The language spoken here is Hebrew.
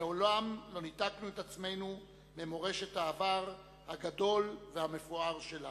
מעולם לא ניתקנו את עצמנו ממורשת העבר הגדול והמפואר שלנו.